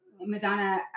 Madonna